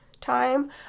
time